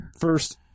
first